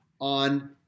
on